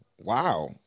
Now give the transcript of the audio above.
Wow